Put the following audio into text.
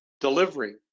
delivery